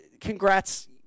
congrats